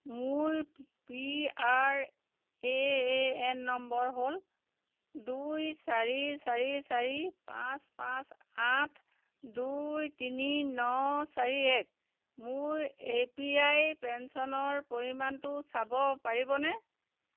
মোৰ P R A A N number হ'ল দুই চাৰি চাৰি চাৰি পাঁচ পাঁচ আঠ দুই তিনি ন চাৰি এক মোৰ এ পি ৱাই পেঞ্চনৰ পৰিমাণটো চাব পাৰিবনে